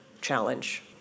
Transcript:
challenge